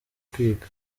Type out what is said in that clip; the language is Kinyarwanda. kwiga